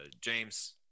James